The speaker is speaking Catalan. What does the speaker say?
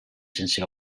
sense